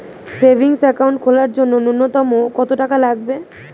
Savings account খোলার জন্য নূন্যতম কত টাকা লাগবে?